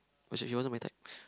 was she she wasn't my type